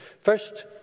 First